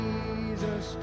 Jesus